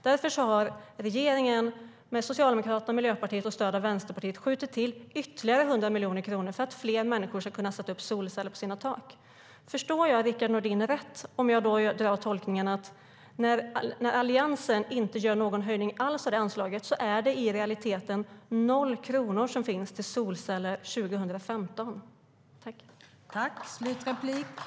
Därför har regeringen med stöd av Vänsterpartiet skjutit till ytterligare 100 miljoner kronor för att fler människor ska kunna sätta upp solceller på sina tak.